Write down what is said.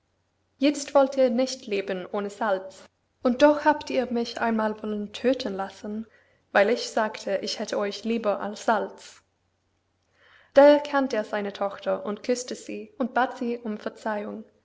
jetzt wollt ihr nicht leben ohne salz und doch habt ihr mich einmal wollen tödten lassen weil ich sagte ich hätte euch lieber als salz da erkannt er seine tochter und küßte sie und bat sie um verzeihung